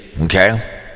okay